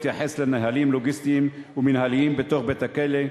התייחס לנהלים לוגיסטיים ומינהליים בתוך בית-הכלא,